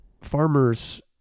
farmers